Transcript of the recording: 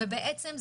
ובעצם,